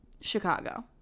chicago